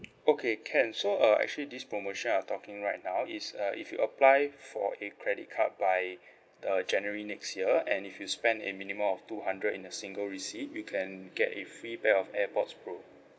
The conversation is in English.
okay can so uh actually this promotion I'm talking right now is uh if you apply for a credit card by the january next year and if you spend a minimum of two hundred in a single receipt you can get a free pair of AirPods pro